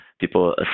people